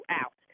out